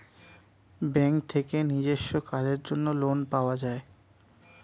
bank থেকে নিজস্ব কাজের জন্য লোন পাওয়া যায়